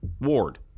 Ward